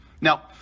now